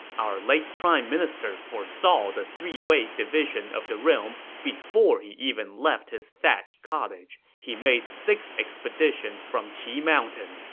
our late prime minister foresaw the three-way division of the realm before he even left his thatched cottage. he made six expeditions from qi mountain,